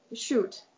shoot